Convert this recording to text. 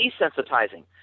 desensitizing